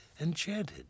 enchanted